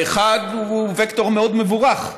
האחד הוא וקטור מאוד מבורך,